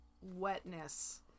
wetness